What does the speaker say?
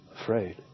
afraid